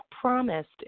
promised